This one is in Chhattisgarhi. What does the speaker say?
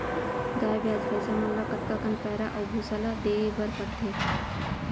गाय ब्याज भैसा मन ल कतका कन पैरा अऊ भूसा ल देये बर पढ़थे?